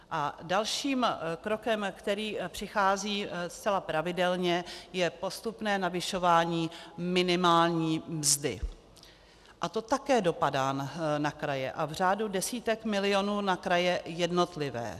A dalším krokem, který přichází zcela pravidelně, je postupné navyšování minimální mzdy a to také dopadá na kraje a v řádu desítek milionů na jednotlivé kraje.